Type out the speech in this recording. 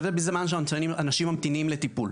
זה בזמן שאנשים ממתינים לטיפול.